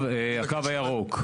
"הקו הירוק".